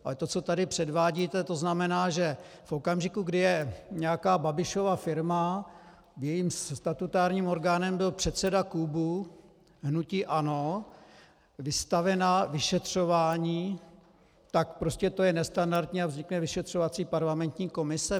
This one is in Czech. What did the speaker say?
Ale to, co tady předvádíte, tzn. v okamžiku, kdy je nějaká Babišova firma, jejím statutárním orgánem byl předseda klubu hnutí ANO, vystavena vyšetřování, tak je to nestandardní a vznikne vyšetřovací parlamentní komise?